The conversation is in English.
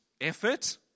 effort